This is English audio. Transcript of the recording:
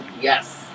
Yes